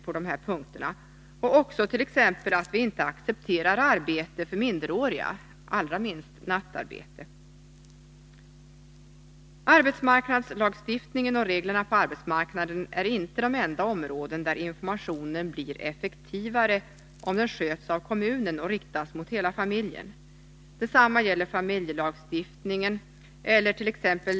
Det är också viktigt att invandrarfamiljerna får veta t.ex. att vi inte accepterar arbete för minderåriga, allra minst nattarbete. Arbetsmarknadslagstiftningen och reglerna på arbetsmarknaden är inte det enda område där informationen blir effektivare, om den sköts av kommunen och riktas mot hela familjen. Detsamma gäller familjelagstiftningenellert.ex.